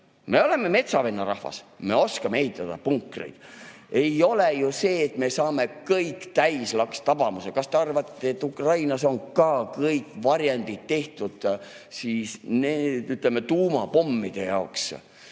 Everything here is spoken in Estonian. Me oleme metsavennarahvas, me oskame ehitada punkreid. Ei ole ju sedasi, et me saame kõik täislakstabamuse. Kas te arvate, et Ukrainas on ka kõik varjendid tehtud tuumapommide jaoks?